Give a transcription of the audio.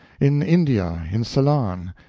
in india, in ceylon,